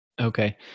Okay